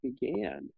began